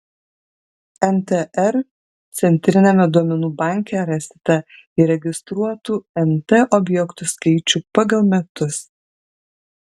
ntr centriniame duomenų banke rasite įregistruotų nt objektų skaičių pagal metus